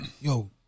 Yo